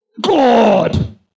God